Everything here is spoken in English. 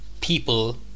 people